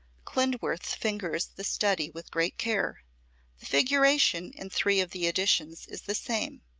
klindworth fingers the study with great care. the figuration in three of the editions is the same,